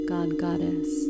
God-Goddess